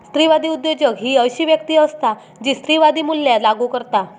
स्त्रीवादी उद्योजक ही अशी व्यक्ती असता जी स्त्रीवादी मूल्या लागू करता